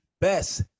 Best